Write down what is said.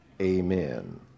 Amen